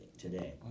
today